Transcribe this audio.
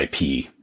IP